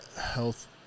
health